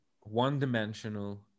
one-dimensional